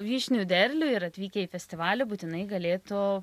vyšnių derlių ir atvykę į festivalį būtinai galėtų